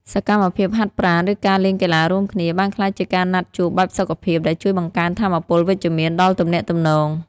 សកម្មភាពហាត់ប្រាណ ឬការលេងកីឡារួមគ្នា បានក្លាយជាការណាត់ជួបបែបសុខភាពដែលជួយបង្កើនថាមពលវិជ្ជមានដល់ទំនាក់ទំនង។